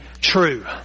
true